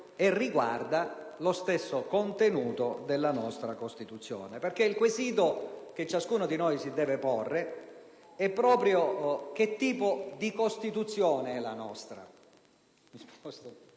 e riguarda lo stesso contenuto della Costituzione. Il quesito che ciascuno di noi deve porsi è proprio che tipo di Costituzione è la nostra.